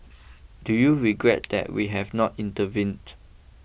do you regret that we have not intervened